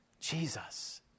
Jesus